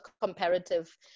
comparative